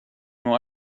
nur